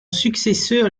successeur